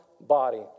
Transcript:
body